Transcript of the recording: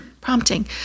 Prompting